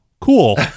Cool